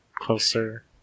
closer